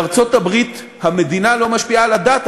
בארצות-הברית המדינה לא משפיעה על הדת,